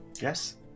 Yes